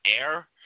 air